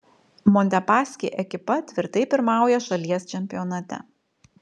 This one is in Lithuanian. montepaschi ekipa tvirtai pirmauja šalies čempionate